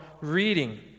reading